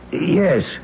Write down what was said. Yes